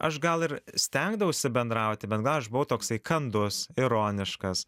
aš gal ir stengdavausi bendrauti bet gal aš buvau toksai kandus ironiškas